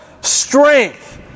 strength